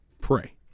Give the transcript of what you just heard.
Pray